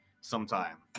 sometime